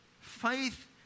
Faith